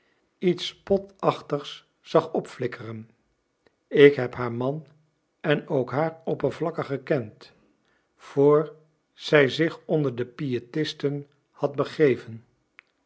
iets spotachtigs zag opflikkeren ik heb haar man en ook haar oppervlakkig gekend voor zij zich onder de piëtisten had begeven